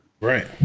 Right